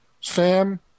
Sam